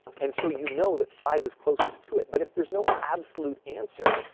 and so you know that five is closest to it. but if there's no absolute answer,